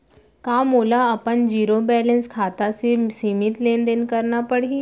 का मोला अपन जीरो बैलेंस खाता से सीमित लेनदेन करना पड़हि?